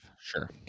Sure